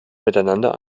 miteinander